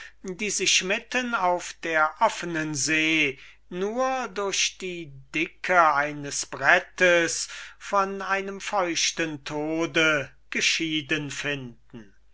die sich mitten auf der offenen see nur durch die dicke eines brettes von einem feuchten tode geschieden finden